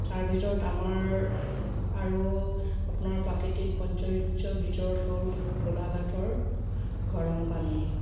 তাৰ ভিতৰত আমাৰ আৰু আপোনাৰ প্ৰাকৃতিক সৌন্দৰ্যৰ ভিতৰত হ'ল গোলাঘাটৰ গৰম পানী